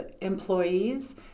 employees